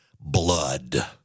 blood